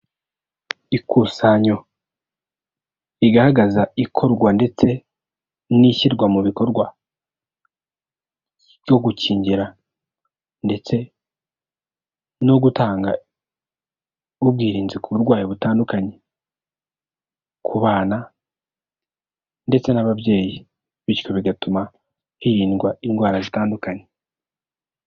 Ikusanyo rigaragaza ikorwa ndetse n'ishyirwa mu bikorwa ryo gukingira ndetse no gutanga ubwirinzi ku burwayi butandukanye; ku bana ndetse n'ababyeyi, bityo bigatuma hirindwa indwara zitandukanye.